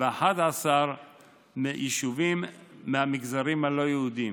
ו-11 יישובים מהמגזרים הלא-יהודיים.